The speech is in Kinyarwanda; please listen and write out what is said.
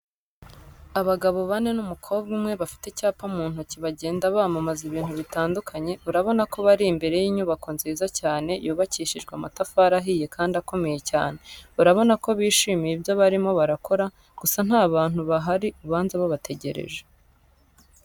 Abagabo bane n'umukobwa umwe bafite icyapa mu ntoki bagenda bamamaza ibintu bitandukanye, urabona ko bari imbere y'inyubako nziza cyane yubakishijwe amatafari ahiye kandi akomeye cyane, urabona ko bishimiye ibyo barimo barakora, gusa nta bantu bahari ubanza babategereje.